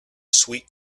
sweet